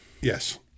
Yes